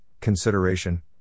consideration